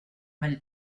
mal